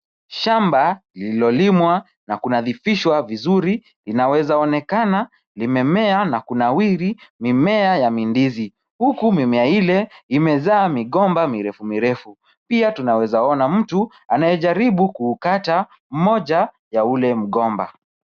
Shamba lililolimwa na kunadhifishwa vizuri, linaweza onekana limemea na kunawiri mimea ya mindizi huku mimea ile imezaa migomba mirefu mirefu. Pia tunaweza ona mtu anayejaribu kuukata mmoja ya ule mgomba.